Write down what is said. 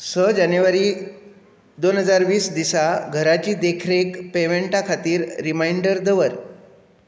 स जानेवारी दोन हजार वीस दिसा घराची देखरेख पेमेंटा खातीर रिमांयडर दवर